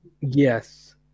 Yes